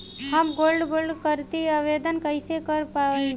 हम gold bond करतिं आवेदन कइसे कर पाइब?